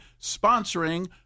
sponsoring